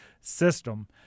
system